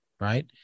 right